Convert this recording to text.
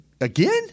again